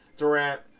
Durant